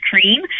cream